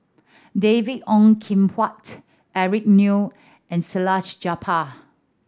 David Ong Kim Huat Eric Neo and Salleh Japar